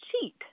cheat